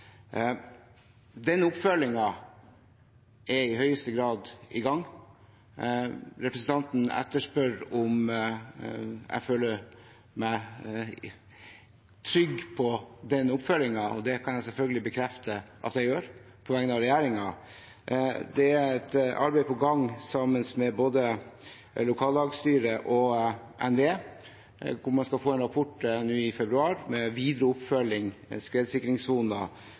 Den oppfølgingen er i høyeste grad i gang. Representanten etterspør om jeg føler meg trygg på den oppfølgingen, og det kan jeg på vegne av regjeringen selvfølgelig bekrefte at jeg gjør. Det er et arbeid på gang sammen med både lokalstyret og NVE. Man skal få en rapport i februar om videre oppfølging – skredsikringssoner